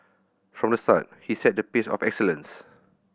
from the start he set the pace of excellence